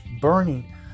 burning